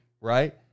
right